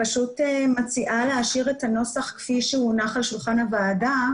מציעה להשאיר את הנוסח כפי שהונח על שולחן הוועדה.